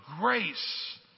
grace